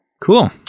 cool